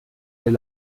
est